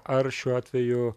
ar šiuo atveju